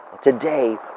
Today